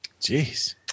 Jeez